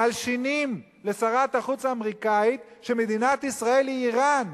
מלשינים לשרת החוץ האמריקנית שמדינת ישראל היא אירן.